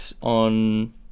on